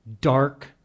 dark